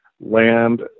land